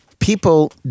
People